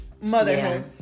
motherhood